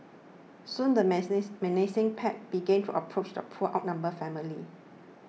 soon the menacing pack began to approach the poor outnumbered family